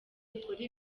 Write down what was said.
ukore